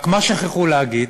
רק מה שכחו להגיד?